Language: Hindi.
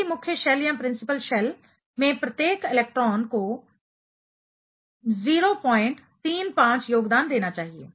एक ही मुख्य शेल प्रिंसिपल शेल में प्रत्येक इलेक्ट्रॉन को 035 योगदान देना चाहिए